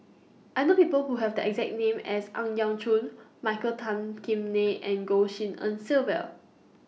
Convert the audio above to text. I know People Who Have The exact name as Ang Yau Choon Michael Tan Kim Nei and Goh Tshin En Sylvia